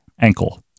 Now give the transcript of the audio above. ankle